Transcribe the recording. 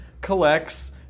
collects